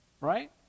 right